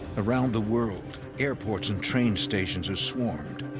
around the world, airports and train stations are swarmed.